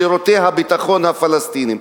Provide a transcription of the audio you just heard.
שירותי הביטחון הפלסטיניים.